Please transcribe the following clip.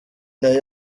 nayo